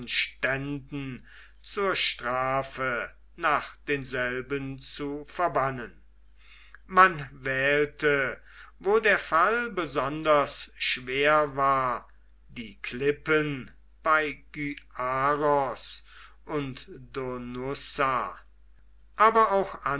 ständen zur strafe nach denselben zu verbannen man wählte wo der fall besonders schwer war die klippen wie gyaros und donussa aber auch